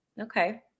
Okay